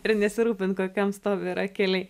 ir nesirūpint kokiam stovy yra keliai